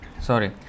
sorry